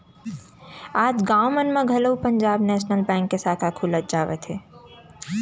आज गाँव मन म घलोक पंजाब नेसनल बेंक के साखा खुलत जावत हे